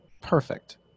perfect